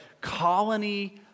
colony